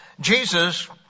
Jesus